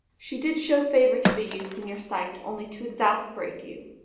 she did show favour to the youth in your sight only to exasperate you,